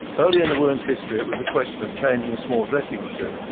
early in the wound's history it was a question of changing a small dressing or two,